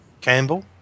Campbell